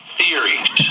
theories